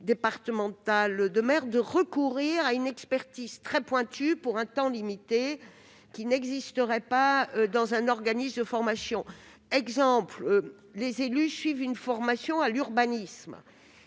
nécessitant de recourir à une expertise très pointue, pour un temps limité, qui n'existerait pas dans un organisme de formation. Par exemple, les élus suivent une formation à l'urbanisme,